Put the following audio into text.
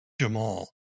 Jamal